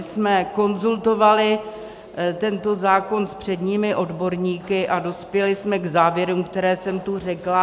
My jsme konzultovali tento zákon s předními odborníky a dospěli jsme k závěrům, které jsem tu řekla.